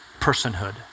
personhood